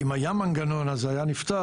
אם היה מנגנון זה היה נפתר.